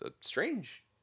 strange